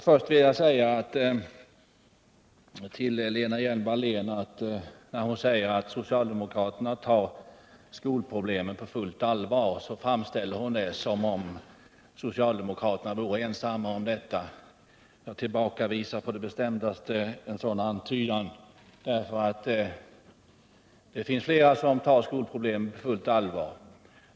Herr talman! När Lena Hjelm-Wallén säger att socialdemokraterna tar skolproblemen på fullt allvar, så framställer hon det som om socialdemokraterna vore ensamma om detta. Jag tillbakavisar på det bestämdaste en sådan antydan, för det finns flera som tar skolproblemen på fullt allvar.